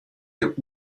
der